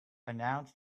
announced